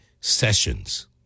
sessions